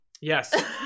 Yes